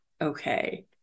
okay